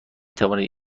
توانید